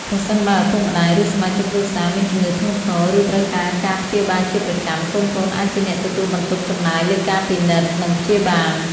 ប្រសិនបើឪពុកម្ដាយ ឬសមាជិកគ្រួសារមានជំងឺធ្ងន់ធ្ងរ ឬត្រូវការការព្យាបាលជាប្រចាំ កូនៗអាចជាអ្នកទទួលបន្ទុកចំណាយលើការពិនិត្យនិងព្យាបាល។